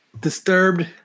disturbed